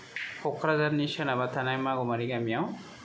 क'क्राझारनि सोनाबहा थानाय मावमारि गामियाव